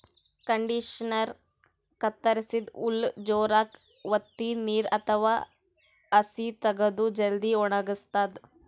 ಕಂಡಿಷನರಾ ಕತ್ತರಸಿದ್ದ್ ಹುಲ್ಲ್ ಜೋರಾಗ್ ವತ್ತಿ ನೀರ್ ಅಥವಾ ಹಸಿ ತಗದು ಜಲ್ದಿ ವಣಗಸ್ತದ್